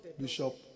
Bishop